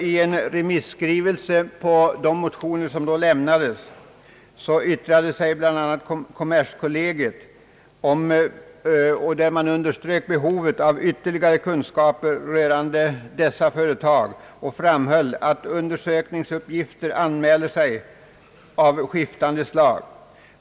I en remisskrivelse med anledning av de motioner som då lämnades underströk bl.a. kommerskollegium behovet av ytterligare kunskap rörande dessa företag och framhöll att undersökningsuppgifter av skiftande slag anmäler sig.